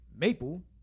Maple